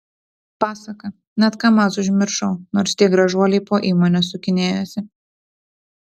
pasaka net kamaz užmiršau nors tie gražuoliai po įmonę sukinėjosi